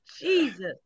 Jesus